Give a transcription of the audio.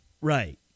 Right